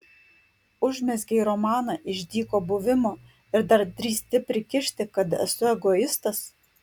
užmezgei romaną iš dyko buvimo ir dar drįsti prikišti kad esu egoistas